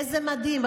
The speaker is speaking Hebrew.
איזה מדהים.